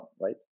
right